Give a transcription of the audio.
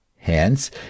Hence